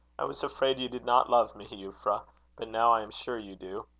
i was afraid you did not love me, euphra but now i am sure you do.